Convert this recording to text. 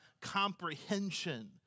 comprehension